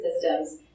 systems